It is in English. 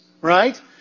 right